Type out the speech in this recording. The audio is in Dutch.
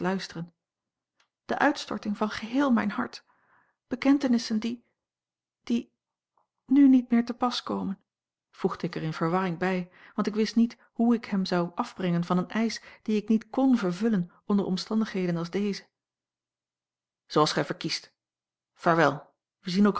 de uitstorting van geheel mijn hart bekentenissen die die nu niet meer te pas komen a l g bosboom-toussaint langs een omweg voegde ik er in verwarring bij want ik wist niet hoe ik hem zou afbrengen van een eisch dien ik niet kn vervullen onder omstandigheden als deze zooals gij verkiest vaarwel wij zien